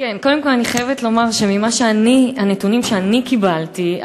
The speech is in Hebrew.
קודם כול, אני חייבת לומר שמהנתונים שאני קיבלתי,